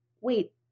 wait